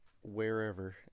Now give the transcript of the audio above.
wherever